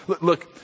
Look